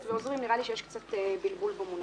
ומהעוזרים נראה לי שיש קצת בלבול במונחים.